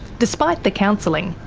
despite the counselling,